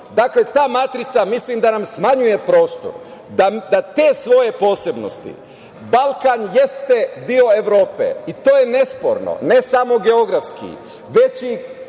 ta matrica mislim da nam smanjuje prostor, da te svoje posebnosti. Balkan jeste deo Evrope i to je nesporno, ne samo geografski, već i